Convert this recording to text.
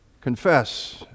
confess